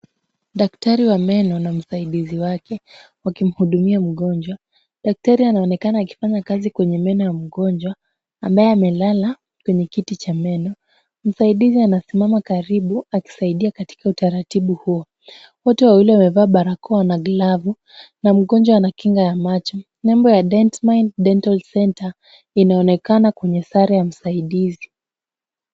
Daktari wa meno na msaidizi wake wakimhudumia mgonjwa. Daktari anaonekana akifanya kazi kwenye meno ya mgonjwa ambaye amelala kwenye kiti cha meno. Msaidizi anasimama karibu akisaidia katika utaratibu huu. Wote wawii wamevaa barakoa na glavu na mgonjwa ana kinga ya macho. Nembo ya Dentmind Dental centre inaonekana kwenye sare ya msaidizi.